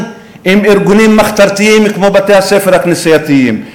עם ארגונים מחתרתיים כמו בתי-הספר הכנסייתיים?